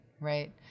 right